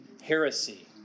heresy